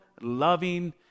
loving